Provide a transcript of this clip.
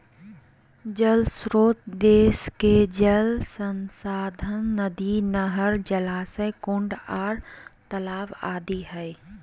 जल श्रोत देश के जल संसाधन नदी, नहर, जलाशय, कुंड आर तालाब आदि हई